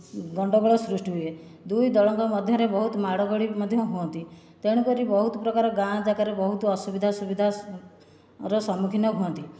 ଗଣ୍ଡଗୋଳ ସୃଷ୍ଟି ହୁଏ ଦୁଇ ଦଳଙ୍କ ମଧ୍ୟରେ ବହୁତ ମାଡ଼ଗୋଳ ମଧ୍ୟ ହୁଅନ୍ତି ତେଣୁକରି ବହୁତ ପ୍ରକାର ଗାଁଯାକରେ ବହୁତ ଅସୁବିଧା ସୁବିଧାର ସମ୍ମୁଖୀନ ହୁଅନ୍ତି